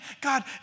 God